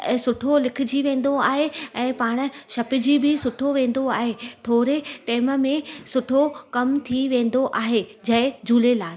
सुठो लिखजी वेंदो आहे ऐं पाण छपजी बि सुठो वेंदो आहे थोरे टेम में सुठो कम थी वेंदो आहे जय झूलेलाल